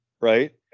right